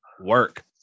work